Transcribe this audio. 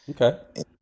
Okay